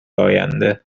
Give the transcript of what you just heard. آینده